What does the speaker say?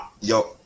Yo